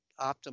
optimal